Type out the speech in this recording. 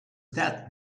that